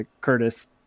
Curtis